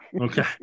Okay